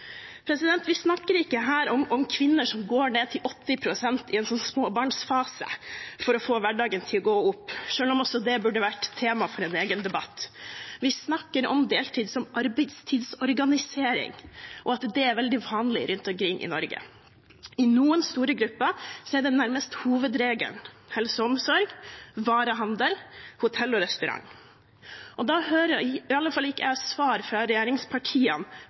Vi snakker ikke her om kvinner som går ned til 80 pst. i en småbarnsfase for å få hverdagen til å gå opp – selv om det også burde vært tema for en egen debatt. Vi snakker om deltid som arbeidstidsorganisering, og at det er veldig vanlig rundt omkring i Norge. I noen store grupper er det nærmest hovedregelen: helse og omsorg, varehandel, hotell og restaurant. I alle fall hører ikke jeg noe svar fra regjeringspartiene